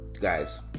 guys